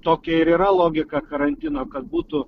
tokia ir yra logika karantino kad būtų